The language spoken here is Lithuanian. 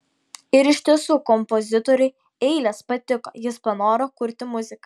ir iš tiesų kompozitoriui eilės patiko jis panoro kurti muziką